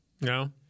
No